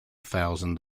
thousand